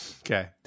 Okay